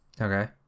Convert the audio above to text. Okay